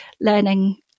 learning